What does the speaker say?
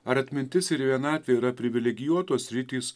ar atmintis ir vienatvė yra privilegijuotos sritys